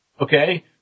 Okay